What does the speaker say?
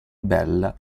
bella